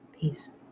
Peace